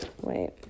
Wait